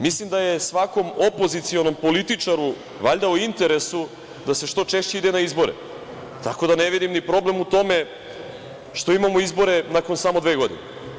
Mislim da je svakom opozicionom političaru valjda u interesu da se što češće ide na izbore, tako da ne vidim problem u tome što imamo izbore nakon samo dve godine.